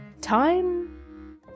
time